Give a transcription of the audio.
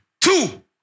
Two